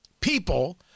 People